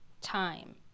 time